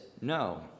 no